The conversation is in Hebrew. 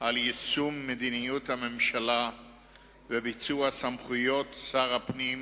ליישום מדיניות הממשלה ולביצוע סמכויות שר הפנים